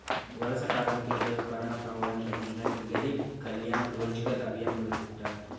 వలస కార్మికులపై కరోనాప్రభావాన్ని తగ్గించడానికి గరీబ్ కళ్యాణ్ రోజ్గర్ అభియాన్ మొదలెట్టారు